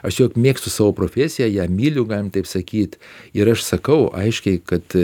aš juk mėgstu savo profesiją ją myliu galim taip sakyt ir aš sakau aiškiai kad